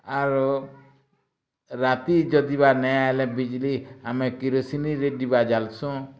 ଆରୁ ରାତି ଯଦି ବା ନାଇଁଆଏଲେ ବିଜ୍ଲି ଆମେ କିରୋସିନିରେ ଡ଼ିବା ଜାଲ୍ସୁଁ